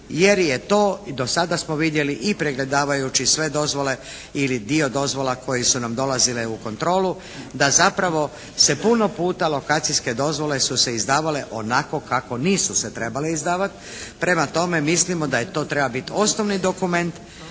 jer je to i do sada smo vidjeli i pregledavajući sve dozvole ili dio dozvola koje su nam dolazile u kontrolu da zapravo se puno puta lokacijske dozvole su se izdavale onako kako nisu se trebale izdavati. Prema tome mislimo da to treba biti osnovni dokument